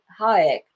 Hayek